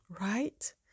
right